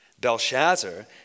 Belshazzar